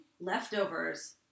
leftovers